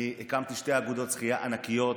הקמתי שתי אגודות שחייה ענקיות.